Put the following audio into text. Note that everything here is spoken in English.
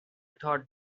thought